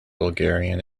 bulgarian